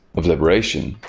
of liberation.